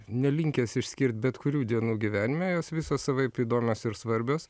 nelinkęs išskirti bet kurių dienų gyvenime jos visos savaip įdomios ir svarbios